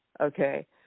okay